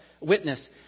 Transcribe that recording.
witness